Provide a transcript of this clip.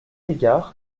égard